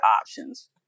options